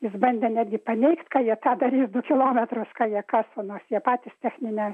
jis bandė netgi paneigti kad jie tą daryti du kilometrus ką jie kasa nors jie patys technine